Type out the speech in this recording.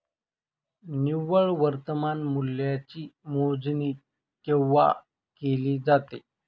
निव्वळ वर्तमान मूल्याची मोजणी केव्हा केली जाते?